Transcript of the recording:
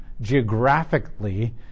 geographically